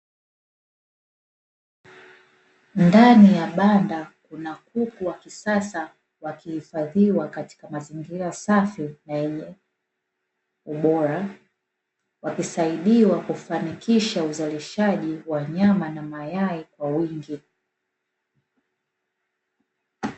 Ndani ya banda kuna kuku wa kisasa wakihifadhiwa katika mazingira safi na yenye ubora, wakisaidiwa kufanikisha uzalishaji wa nyama na mayai kwa wingi.